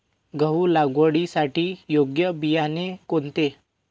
गहू लागवडीसाठी योग्य बियाणे कोणते?